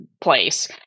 place